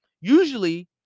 Usually